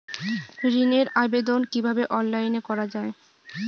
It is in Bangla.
ঋনের আবেদন কিভাবে অনলাইনে করা যায়?